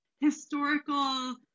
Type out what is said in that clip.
historical